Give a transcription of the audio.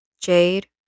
Jade